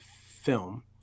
film